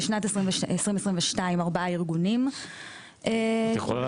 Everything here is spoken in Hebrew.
בשנת 2022 ארבעה ארגונים --- את יכולה